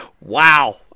Wow